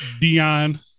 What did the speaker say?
Dion